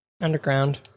Underground